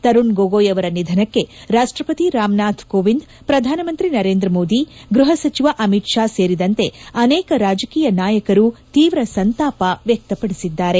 ತರುಣ್ ಗೊಗೋಯ್ ಅವರ ನಿಧನಕ್ಕೆ ರಾಷ್ಟಪತಿ ರಾಮನಾಥ ಕೋವಿಂದ್ ಪ್ರಧಾನಮಂತ್ರಿ ನರೇಂದ್ರ ಮೋದಿ ಗ್ವಹ ಸಚಿವ ಅಮಿತ್ ಷಾ ಸೇರಿದಂತೆ ಅನೇಕ ರಾಜಕೀಯ ನಾಯಕರು ತೀವ್ರ ಸಂತಾಪ ವ್ಯಕ್ತಪಡಿಸಿದ್ದಾರೆ